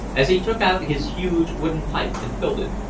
as he took out his huge wooden pipe and filled it.